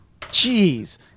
Jeez